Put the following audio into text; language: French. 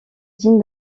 digne